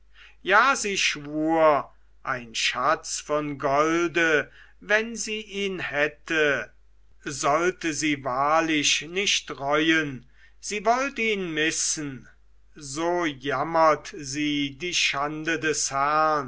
ja sie schwur ein schatz von golde wenn sie ihn hätte sollte sie wahrlich nicht reuen sie wollt ihn missen so jammert sie die schande des herrn